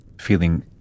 feeling